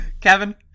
Kevin